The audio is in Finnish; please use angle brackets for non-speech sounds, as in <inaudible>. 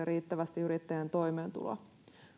<unintelligible> riittävästi yrittäjän toimeentuloa